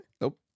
Nope